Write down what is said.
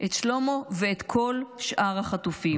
את שלמה ואת כל שאר החטופים.